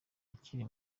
ukiri